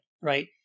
right